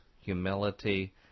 humility